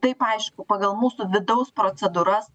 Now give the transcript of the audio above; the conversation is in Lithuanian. taip aišku pagal mūsų vidaus procedūras